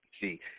See